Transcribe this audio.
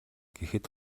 гэхэд